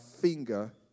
finger